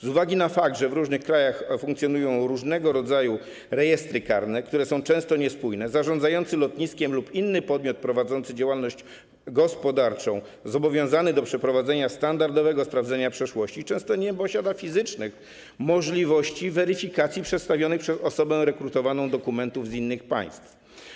Z uwagi na fakt, że w różnych krajach funkcjonują różnego rodzaju rejestry karne, które są często niespójne, zarządzający lotniskiem lub inny podmiot prowadzący działalność gospodarczą zobowiązany do przeprowadzenia standardowego sprawdzenia przeszłości często nie posiada fizycznych możliwości weryfikacji przedstawionych przez osobę rekrutowaną dokumentów z innych państw.